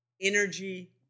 energy